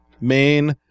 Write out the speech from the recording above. main